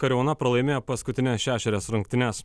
kariauna pralaimėjo paskutines šešerias rungtynes